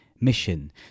mission